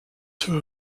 two